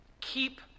keep